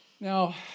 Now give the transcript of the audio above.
Now